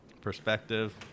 perspective